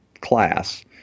class